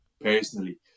personally